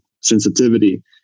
sensitivity